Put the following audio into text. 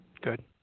Good